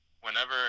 whenever